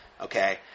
Okay